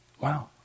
Wow